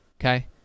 Okay